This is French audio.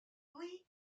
oui